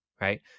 right